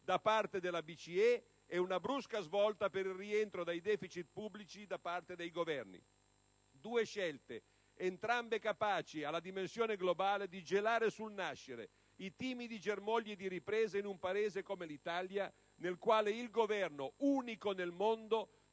da parte della BCE ed una brusca svolta per un rientro dei deficit pubblici da parte dei Governi. Due scelte entrambe capaci, alla dimensione globale, di gelare sul nascere i timidi germogli di ripresa in un Paese come l'Italia nel quale il Governo, unico nel mondo,